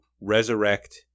resurrect